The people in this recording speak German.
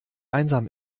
einsam